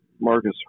Marcus